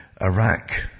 Iraq